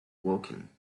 woking